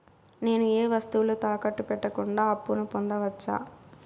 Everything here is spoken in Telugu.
నేను ఏ వస్తువులు తాకట్టు పెట్టకుండా అప్పును పొందవచ్చా?